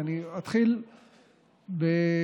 ואני אתחיל בשיח,